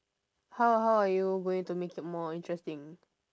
how how are you going to make it more interesting